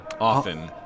often